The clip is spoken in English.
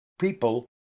people